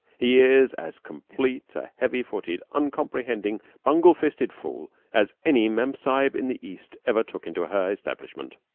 he is as complete a heavy-footed, uncomprehending, bungle-fisted fool as any mem-sahib in the east ever took into her establishment.